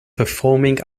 performing